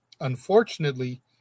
Unfortunately